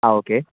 ആ ഒക്കെ